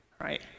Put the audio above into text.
right